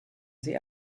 sie